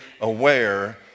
aware